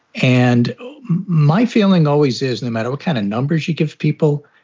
and my feeling always is no matter what kind of numbers you give people,